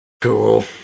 Cool